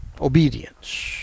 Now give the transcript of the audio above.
obedience